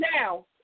Now